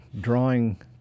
drawing